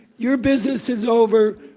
your business is over,